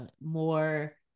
more